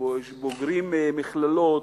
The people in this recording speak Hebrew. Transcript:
בוגרי מכללות,